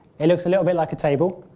it looks and but like a table.